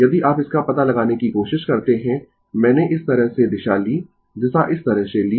यदि आप इसका पता लगाने की कोशिश करते है मैंने इस तरह से दिशा ली दिशा इस तरह से ली